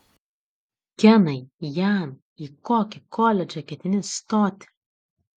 kenai jan į kokį koledžą ketini stoti